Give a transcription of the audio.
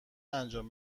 انجام